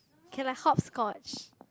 can like hopscotch